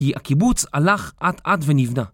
כי הקיבוץ הלך אט אט ונבנה.